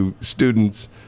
students